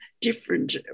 different